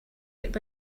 get